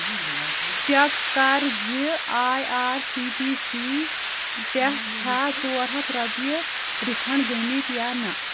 check کَر زِ I R C T C پٮ۪ٹھ چھا ژور ہتھ رۄپیہِ رِفنڈ گٔمٕتۍ یا نَہ